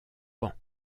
pan